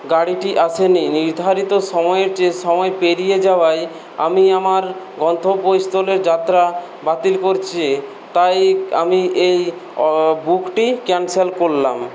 গাড়িটি আসেনি নির্ধারিত সময়ের যে সময় পেড়িয়ে যাওয়ায় আমি আমার গন্তব্যস্থলের যাত্রা বাতিল করছি তাই আমি এই অ বুকটি ক্যান্সেল করলাম